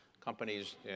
Companies